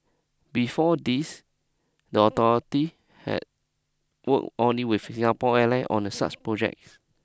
before this the authority had worked only with Singapore Airlines on the such projects